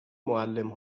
معلم